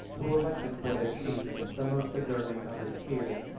who elected for their chief the most deserving of his peers.